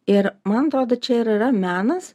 ir man atrodo čia ir yra menas